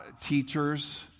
teachers